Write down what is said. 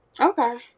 Okay